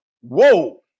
Whoa